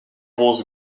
was